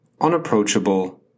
unapproachable